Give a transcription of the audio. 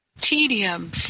tedium